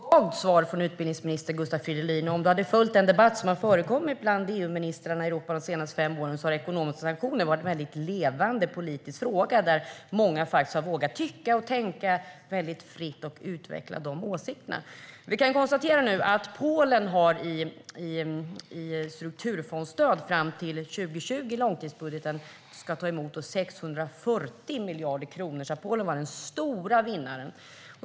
Herr talman! Det var ett svagt svar, utbildningsminister Gustav Fridolin. Om du hade följt den debatt som har förekommit bland EU-ministrarna i Europa de senaste fem åren hade du noterat att ekonomiska sanktioner har varit en mycket levande politisk fråga, där många faktiskt har vågat tycka och tänka fritt och utveckla sina åsikter. Vi kan nu konstatera att Polen i strukturfondsstöd fram till 2020 i långtidsbudgeten ska ta emot 640 miljarder kronor, så Polen var den stora vinnaren.